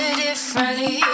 differently